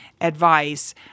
advice